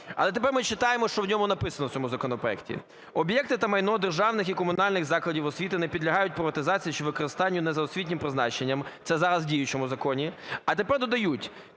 Але тепер ми читаємо, що в ньому написано, в цьому законопроекті: "Об'єкти та майно державних і комунальних закладів освіти не підлягають приватизації чи використанню не за освітнім призначенням". Це зараз у діючому законі. А тепер додають: